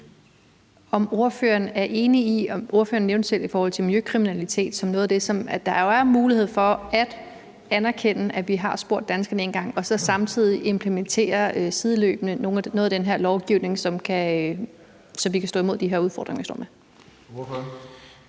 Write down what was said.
om ordføreren er enig i – ordføreren nævnte selv miljøkriminalitet som noget af det – at der jo er mulighed for at anerkende, at vi har spurgt danskerne én gang og så samtidig sideløbende implementere noget af den her lovgivning, så vi kan stå imod de her udfordringer, vi står med.